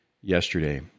yesterday